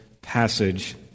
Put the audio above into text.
passage